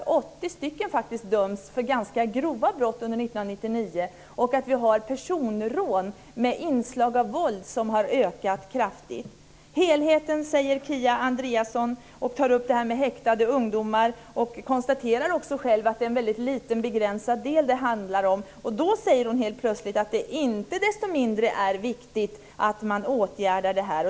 80 stycken dömdes för ganska grova brott under 1999. Antalet personrån med inslag av våld har ökat kraftigt. Kia Andreasson talar om helheten och tar upp frågan om häktade ungdomar. Hon konstaterar också själv att det är en liten begränsad del det handlar om. Då säger hon helt plötsligt att det icke desto mindre är viktigt att man åtgärdar detta.